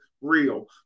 real